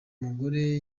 mugore